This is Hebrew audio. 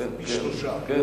פי-שלושה ממה שהיה לפני שנה.